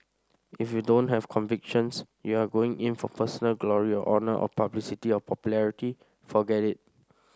if you don't have convictions you are going in for personal glory or honour or publicity or popularity forget it